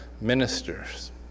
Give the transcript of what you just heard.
ministers